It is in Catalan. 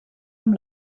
amb